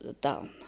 down